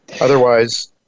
Otherwise